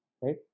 right